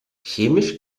chemisch